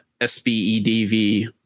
SBEDV